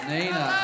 Nina